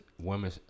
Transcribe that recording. women